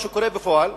מה שקורה בפועל,